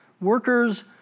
workers